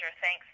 Thanks